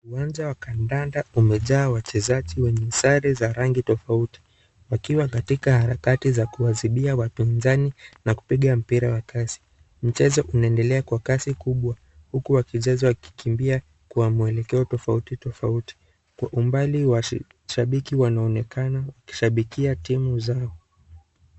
Uwanja wa kandanda umejaa wachezaji wenye sare za rangi tofauti, wakiwa katika harakati ya kuwazipia wapinzani na kupiga mpira kwa kasi. Mchezo unaendelea kwa kasi kubwa huku wachezaji wakikimbia kwa mwelekeo tofautitofauti kwa umbali washabiki wanaonekana wakishabikia timu zao.